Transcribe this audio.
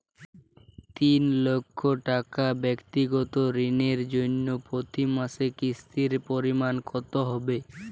তিন লক্ষ টাকা ব্যাক্তিগত ঋণের জন্য প্রতি মাসে কিস্তির পরিমাণ কত হবে?